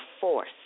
force